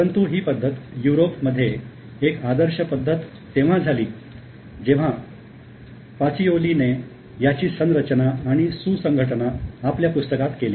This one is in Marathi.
परंतु ही पद्धत युरोपमध्ये एक आदर्श पद्धत तेव्हा झाली जेव्हा पाचीयोलीने याची संरचना आणि सुसंघटना आपल्या पुस्तकात केली